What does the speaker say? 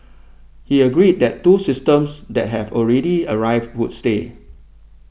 he agreed that two systems that have already arrived would stay